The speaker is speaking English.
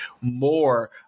more